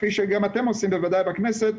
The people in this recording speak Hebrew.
כפי שגם אתם עושים בוודאי בכנסת,